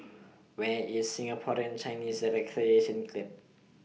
Where IS Singaporean Chinese Recreation Club